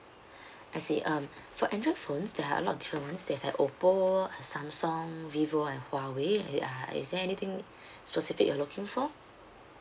I see um for android phones there are a lot of different ones it has Oppo samsung vivo and huawei uh is there anything specific you're looking for